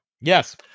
Yes